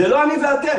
זה לא אני ואתם.